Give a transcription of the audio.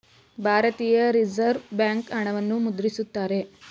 ಭಾರತೀಯ reserve bank ಹಣವನ್ನು ಮುದ್ರಿಸುತ್ತಾರೆ